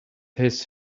his